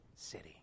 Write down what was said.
city